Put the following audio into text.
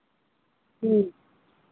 ᱦᱮᱸ